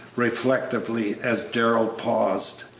reflectively, as darrell paused.